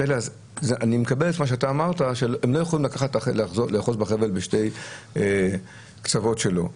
אני מקבל את מה שאמרת שהם לא יכולים לאחוז בחבל בשני הקצוות שלו,